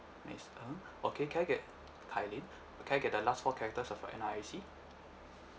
wait ah okay can I get kai ling can I get the last four characters of uh N_R_I_C